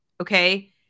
okay